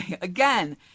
again